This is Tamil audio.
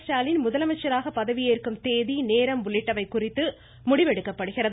ஸ்டாலின் முதலமைச்சராக பதவியேற்கும் தேதி நேரம் உள்ளிட்டவை குறித்து முடிவெடுக்கப்படுகிறது